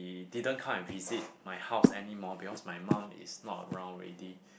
didn't come and visit my house anymore because my mom is not around already